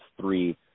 three